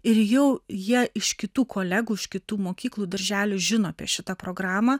ir jau jie iš kitų kolegų iš kitų mokyklų darželių žino apie šitą programą